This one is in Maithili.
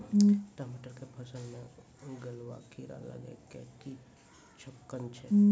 टमाटर के फसल मे गलुआ कीड़ा लगे के की लक्छण छै